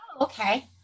okay